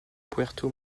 puerto